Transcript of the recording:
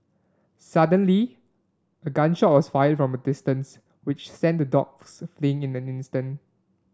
suddenly a gun shot was fired from a distance which sent the dogs fleeing in an instant